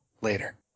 Later